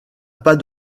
pas